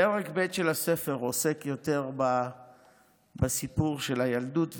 פרק ב' של הספר עוסק יותר בסיפור של הילדות,